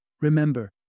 Remember